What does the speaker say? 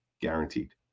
guaranteed